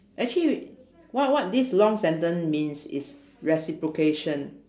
actually w~ what what this long sentence means is reciprocation